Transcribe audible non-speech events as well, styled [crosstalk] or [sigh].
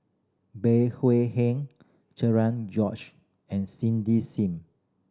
Bey [unintelligible] Heng [unintelligible] George and Cindy Sim